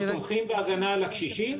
אנחנו תומכים בהגנה על הקשישים.